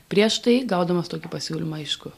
prieš tai gaudamas tokį pasiūlymą aišku